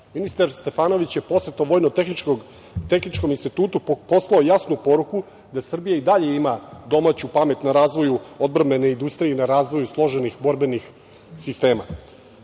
Ministar Stefanović je posetom Vojno-tehničkom institutu poslao jasnu poruku da Srbija i dalje ima domaću pamet na razvoju odbrambene industrije i na razvoju složenih borbenih sistema. Namenska